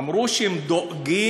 אמרו שהם דואגים